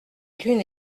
lune